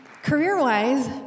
Career-wise